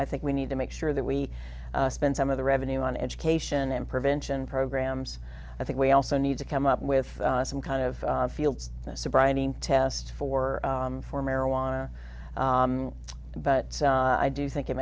i think we need to make sure that we spend some of the revenue on education and prevention programs i think we also need to come up with some kind of fields sobriety test for for marijuana but i do think it